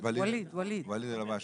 שיאפשר לילד עם גפה